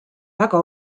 väga